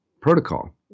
protocol